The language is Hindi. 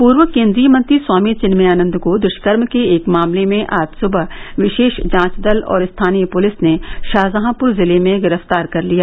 पूर्व केंद्रीय मंत्री स्वामी चिन्मयानंद को दष्कर्म के एक मामले में आज सुबह विशेष जांच दल और स्थानीय पुलिस ने शाहंजहापुर जिले में गिरफ्तार कर लिया